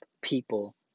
people